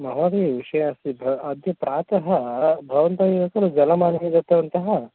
महोदय विषयः अस्ति भ अद्य प्रातः भवन्तः एकं जलमानीयं दत्तवन्तः